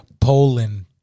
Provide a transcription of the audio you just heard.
Poland